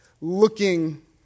looking